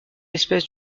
espèce